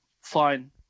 fine